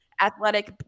athletic –